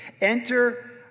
enter